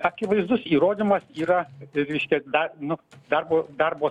akivaizdus įrodymas yra tai veiškia dar nu darbo darbo